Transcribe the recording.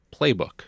playbook